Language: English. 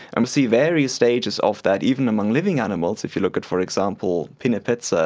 um see various stages of that, even among living animals. if you look at, for example, pinnipeds, so